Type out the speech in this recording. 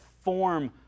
form